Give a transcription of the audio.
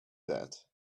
that